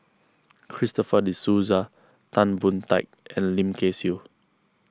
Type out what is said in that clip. Christopher De Souza Tan Boon Teik and Lim Kay Siu